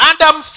Adam